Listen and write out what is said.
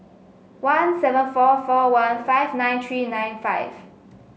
one seven four four one five nine three nine five